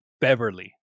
Beverly